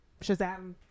shazam